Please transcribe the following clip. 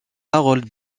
harold